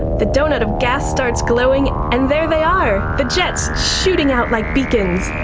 the doughnut of gas starts glowing and there they are, the jets shooting out like beacons.